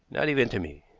not even to me.